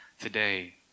today